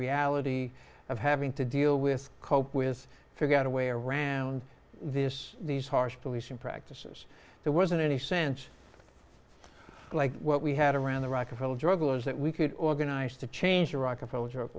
reality of having to deal with cope with figure out a way around this these harsh policing practices that was in any sense like what we had around the rockefeller drug laws that we could organize to change the rockefeller drug